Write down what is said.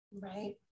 right